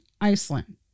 Iceland